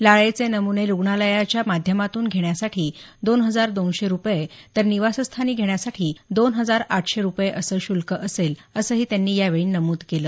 लाळेचे नम्णे रुग्णालयाच्या माध्यमातून घेण्यासाठी दोन हजार दोनशे रुपये तर निवासस्थानी घेण्यासाठी दोन हजार आठशे रुपये असं शुल्क असेल असंही त्यांनी यावेळी नमुद केलं